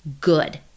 good